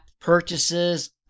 purchases